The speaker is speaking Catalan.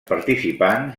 participants